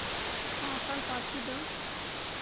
ᱥᱟᱱᱛᱟᱞ ᱯᱟᱹᱨᱥᱤ ᱫᱚ